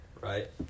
right